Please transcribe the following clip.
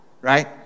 right